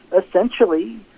essentially